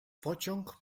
pociąg